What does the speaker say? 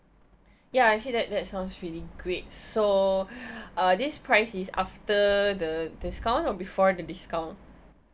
ya I feel that that sounds really great so uh this price is after the discount or before the discount